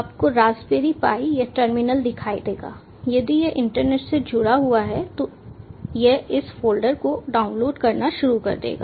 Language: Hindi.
आपको रास्पबेरी पाई यह टर्मिनल दिखाई देगा यदि यह इंटरनेट से जुड़ा हुआ है तो यह इस फ़ोल्डर को डाउनलोड करना शुरू कर देगा